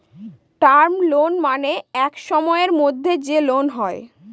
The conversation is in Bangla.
টার্ম লোন মানে এক সময়ের মধ্যে যে লোন হয়